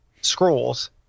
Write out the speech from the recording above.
scrolls